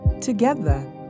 Together